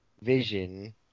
Vision